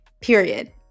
period